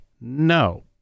no